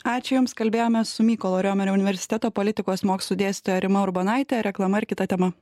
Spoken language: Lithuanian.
ačiū jums kalbėjomės su mykolo riomerio universiteto politikos mokslų dėstytoja rima urbonaite reklama ar kita tema